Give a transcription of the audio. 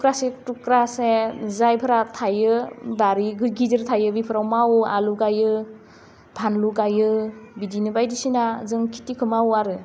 थुख्रासे थुख्रासे जायफ्रा थायो बारि गिदिर थायो बेफोराव मावो आलु गायो फानलु गायो बिदिनो बायदिसिना जों खिथिखौ मावो आरो